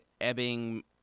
Ebbing